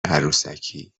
عروسکی